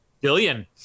billion